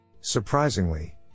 Surprisingly